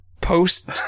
post